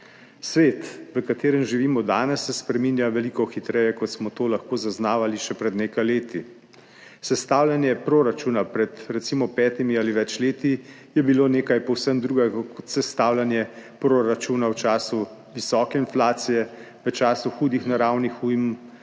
Svet, v katerem živimo danes, se spreminja veliko hitreje, kot smo to lahko zaznavali še pred nekaj leti. Sestavljanje proračuna pred recimo petimi ali več leti je bilo nekaj povsem drugega kot sestavljanje proračuna v času visoke inflacije, v času hudih naravnih ujm,